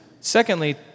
secondly